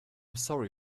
sorry